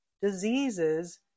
diseases